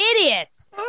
idiots